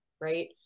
right